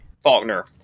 Faulkner